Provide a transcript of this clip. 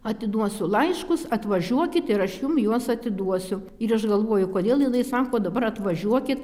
atiduosiu laiškus atvažiuokit ir aš jum juos atiduosiu ir aš galvoju kodėl jinai sako dabar atvažiuokit